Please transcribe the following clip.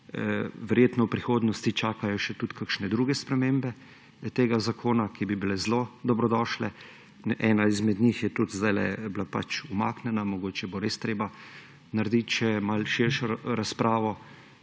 Verjetno v prihodnosti čakajo še tudi kakšne druge spremembe tega zakona, ki bi bile zelo dobrodošle. Ena izmed njih je tudi sedaj bila pač umaknjena, mogoče bo res treba narediti še malce širšo razpravo